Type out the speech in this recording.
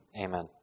amen